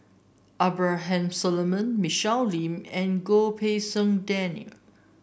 Abraham Solomon Michelle Lim and Goh Pei Siong Daniel